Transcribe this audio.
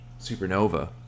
supernova